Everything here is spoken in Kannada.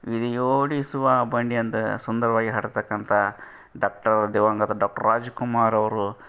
ವಿಧಿಯೋಡಿಸುವ ಬಂಡಿ ಅಂತ ಸುಂದರವಾಗಿ ಹಾಡಿರ್ತಕ್ಕಂಥ ಡಾಕ್ಟರ್ ದಿವಂಗತ ಡಾಕ್ಟರ್ ರಾಜ್ಕುಮಾರ್ ಅವರು